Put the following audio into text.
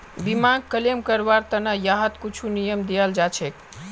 बीमाक क्लेम करवार त न यहात कुछु नियम दियाल जा छेक